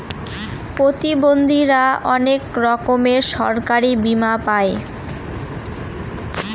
প্রতিবন্ধীরা অনেক রকমের সরকারি বীমা পাই